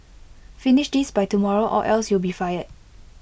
finish this by tomorrow or else you'll be fired